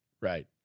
Right